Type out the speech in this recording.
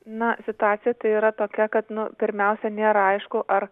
na situacija tai yra tokia kad nu pirmiausia nėra aišku ar